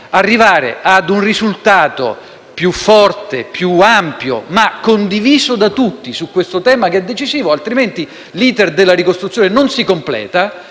giungere a un risultato più forte e ampio, ma condiviso da tutti, su questo tema, che è decisivo, altrimenti l'*iter* della ricostruzione non si completerà